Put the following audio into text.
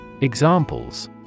Examples